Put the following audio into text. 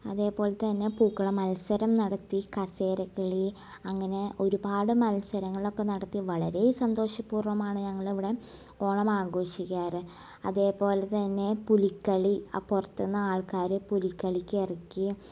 അതേപോലെ തന്നെ പൂക്കള മത്സരം നടത്തി കസേരകളി അങ്ങനെ ഒരുപാട് മത്സരങ്ങളൊക്കെ നടത്തി വളരെ സന്തോഷപൂർവ്വമാണ് ഞങ്ങളിവിടെ ഓണമാഘോഷിക്കാറ് അതേപോലെ തന്നെ പുലിക്കളി പുറത്ത്ന്ന് ആൾക്കാർ പുലിക്കളിക്കിറക്കി